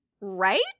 Right